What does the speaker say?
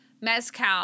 Mezcal